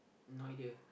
no idea